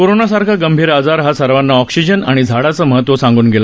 corona सारखा गंभीर आजार हा सर्वाना ऑक्सिजन आणि झाडांचं महत्व सांगून गेला